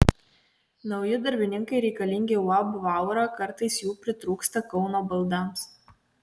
nauji darbininkai reikalingi uab vaura kartais jų pritrūksta kauno baldams